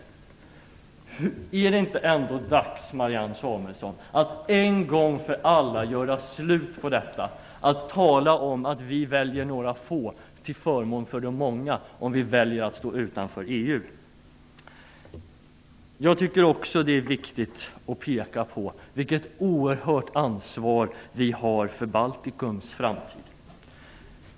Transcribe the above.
Är det ändå inte dags, Marianne Samuelsson, att en gång för alla göra slut på detta tal om att Sverige väljer några få till förmån för de många, om Sverige väljer att stå utanför EU? Det är också viktigt att peka på vilket oerhört ansvar Sverige har för Baltikums framtid.